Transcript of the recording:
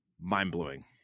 mind-blowing